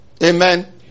Amen